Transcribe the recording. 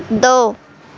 دو